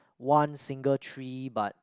one single tree but